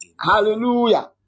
Hallelujah